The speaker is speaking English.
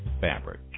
fabric